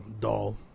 dull